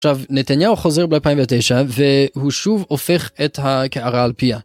נתניהו חוזר ב 2009 והוא שוב הופך את הקערה על פיה.